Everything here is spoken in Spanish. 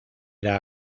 era